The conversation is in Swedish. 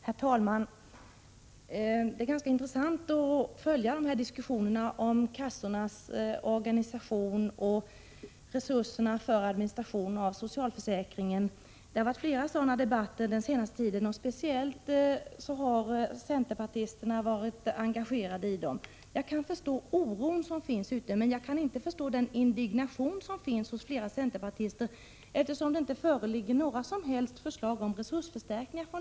Herr talman! Det är ganska intressant att följa diskussionerna om kassornas organisation och om resurserna för administration av socialförsäkringen. Det har varit flera sådana här debatter den senaste tiden, varvid centerpartisterna har varit speciellt engagerade. Jag kan förstå att det finns en oro, men jag kan inte förstå indignationen hos många centerpartister. Från deras sida föreligger det ju inte några som helst förslag om resursförstärkningar.